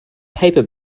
paper